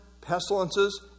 pestilences